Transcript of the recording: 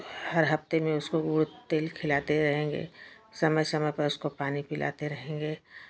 हर हफ्ते में उसको गुड़ तेल खिलाते रहेंगे समय समय पर उसको पानी पिलाते रहेंगे